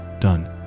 done